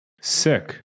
sick